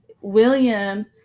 William